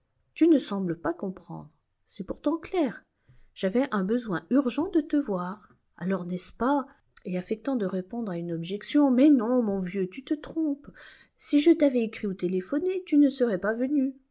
tu ne sembles pas comprendre c'est pourtant clair j'avais un besoin urgent de te voir alors n'est-ce pas et affectant de répondre à une objection mais non mon vieux tu te trompes si je t'avais écrit ou téléphoné tu ne serais pas venu